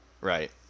Right